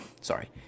sorry